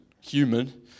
human